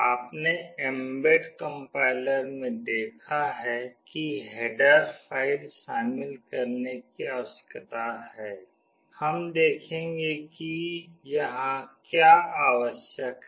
आपने embed compiler में देखा है हमें हेडर फ़ाइल शामिल करने की आवश्यकता है हम देखेंगे कि यहां क्या आवश्यक है